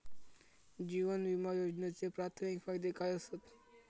जीवन विमा योजनेचे प्राथमिक फायदे काय आसत?